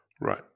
Right